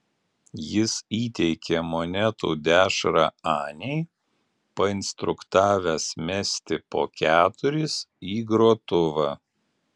jis įteikė monetų dešrą anei painstruktavęs mesti po keturis į grotuvą